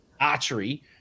archery